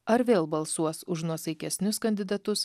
ar vėl balsuos už nuosaikesnius kandidatus